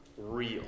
real